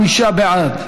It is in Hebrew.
35 בעד,